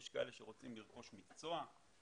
יש כאלה שרוצים לרכוש מקצוע וכולי,